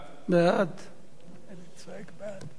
סעיפים 1 59 נתקבלו.